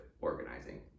organizing